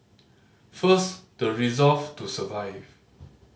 first the resolve to survive